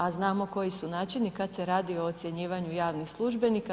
A znamo koji su načini kad se radi o ocjenjivanju javnih službenika.